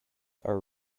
are